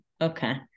Okay